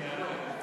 לא ויכוח,